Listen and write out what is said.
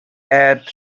add